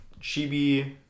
chibi